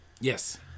Yes